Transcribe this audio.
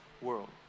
world